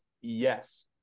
Yes